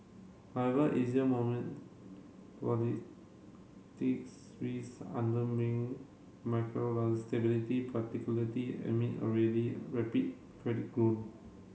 however easier politics risk stability stability pariticularity amid already rapid credit grown